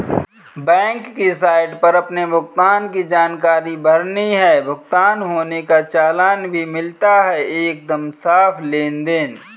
bank की site पर अपने भुगतान की जानकारी भरनी है, भुगतान होने का चालान भी मिलता है एकदम साफ़ लेनदेन